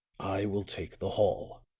i will take the hall!